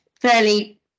fairly